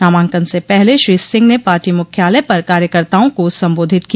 नामांकन से पहले श्री सिंह ने पार्टी मुख्यालय पर कार्यकर्ताओं को संबोधित किया